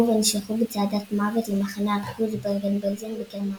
ונשלחו בצעדת מוות למחנה הריכוז ברגן בלזן בגרמניה.